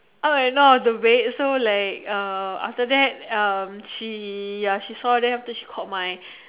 up and down of the bed so like uh after that um she ya she saw then after that she called my